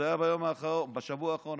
זה היה בשבוע האחרון.